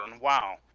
Wow